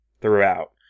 throughout